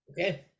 okay